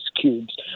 cubes